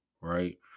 right